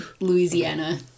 louisiana